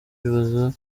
ibabaza